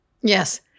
Yes